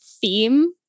theme